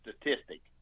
statistic